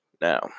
Now